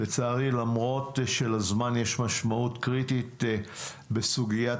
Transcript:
לצערי למרות שלזמן יש משמעות קריטית בסוגיית